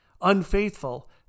unfaithful